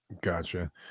Gotcha